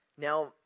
Now